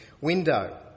window